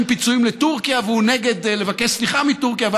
פיצויים לטורקיה והוא נגד לבקש סליחה מטורקיה,